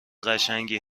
قشنگی